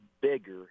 bigger